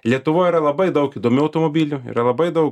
lietuvoj yra labai daug įdomių automobilių yra labai daug